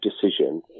decision